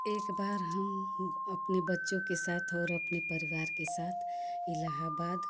एक बार हम अपने बच्चों के साथ और अपने परिवार के साथ इलाहाबाद